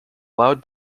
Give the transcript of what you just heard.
loud